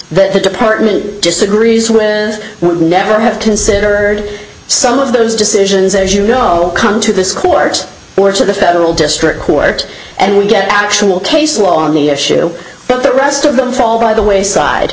that the department disagrees with would never have to consider aired some of those decisions as you know come to this court or to the federal district court and we get actual case law on the issue but the rest of them fall by the wayside